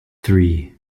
three